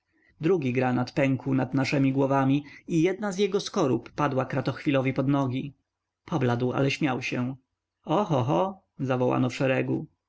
drugi granat pękł nad naszemi głowami i jedna z jego skorup padła kratochwilowi pod nogi pobladł ale śmiał się oho ho zawołano w szeregu